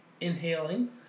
inhaling